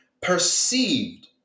perceived